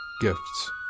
Gifts